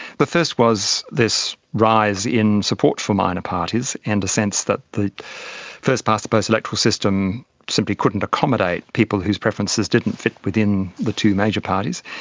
the first was this rise in support for minor parties and a sense that the first-past-the-post electoral system simply couldn't accommodate people whose preferences didn't fit within the two major parties.